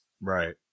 Right